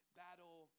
battle